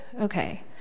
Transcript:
okay